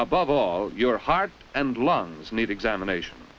above all your heart and lungs need examination